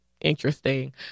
interesting